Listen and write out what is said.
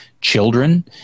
children